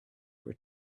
were